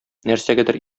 нәрсәгәдер